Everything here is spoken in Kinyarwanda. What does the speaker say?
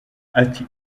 ati